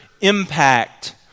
impact